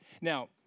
Now